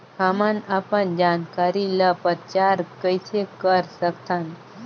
हमन अपन जानकारी ल प्रचार कइसे कर सकथन?